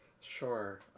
Sure